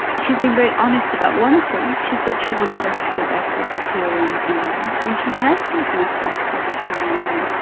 she has been very honest about one thing, she said she wanted us to go back to victorian england, and she has taken us back to victorian england.